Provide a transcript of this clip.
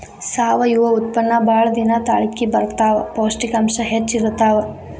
ಸಾವಯುವ ಉತ್ಪನ್ನಾ ಬಾಳ ದಿನಾ ತಾಳಕಿ ಬರತಾವ, ಪೌಷ್ಟಿಕಾಂಶ ಹೆಚ್ಚ ಇರತಾವ